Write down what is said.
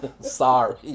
sorry